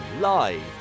live